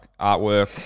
artwork